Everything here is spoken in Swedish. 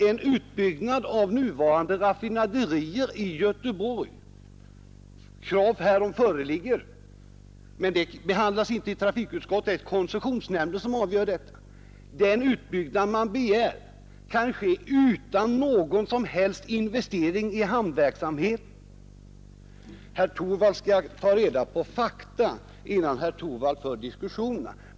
En utbyggnad av nuvarande raffinaderier i Göteborg — det föreligger krav om det, men den saken behandlas inte av trafikutskottet; det är koncessionsnämnden som avgör den ur miljösynpunkt — kan ske utan några större investeringar i hamnverksamheten. Herr Torwald bör ta reda på fakta innan han tar upp en diskussion.